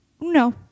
no